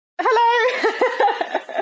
Hello